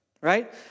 Right